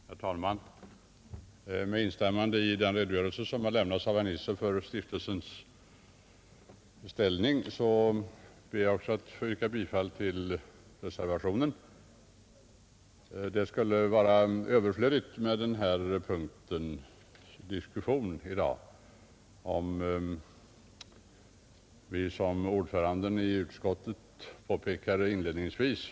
Herr talman! Med instämmande i den redogörelse för S:t Lukasstiftelsens ställning som har lämnats av herr Nisser vill jag också yrka bifall till reservationen, Det skulle vara överflödigt att diskutera den här punkten i dag, om vi hade varit ännu mera eniga än vad utskottets ordförande pekade på inledningsvis.